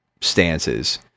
stances